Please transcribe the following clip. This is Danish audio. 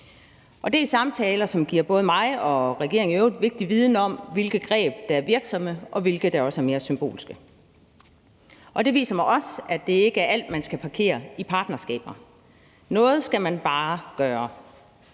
Det er samtaler, som giver både mig og regeringen i øvrigt vigtig viden om, hvilke greb der er virksomme, og hvilke der er mere symbolske. Det viser mig også, at det ikke er alt, man skal parkere i partnerskaber. Noget skal man bare gøre,